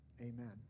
amen